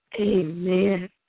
Amen